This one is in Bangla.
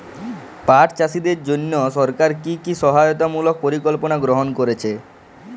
পাট চাষীদের জন্য সরকার কি কি সহায়তামূলক পরিকল্পনা গ্রহণ করেছে?